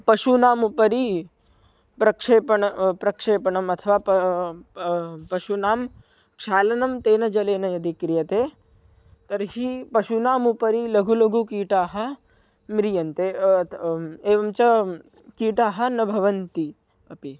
पशूनाम् उपरि प्रक्षेपणं प्रक्षेपणम् अथवा पा प पशूनां क्षालनं तेन जलेन यदि क्रियते तर्हि पशूनामुपरि लघु लघु कीटाः म्रियन्ते त एवञ्च कीटाः न भवन्ति अपि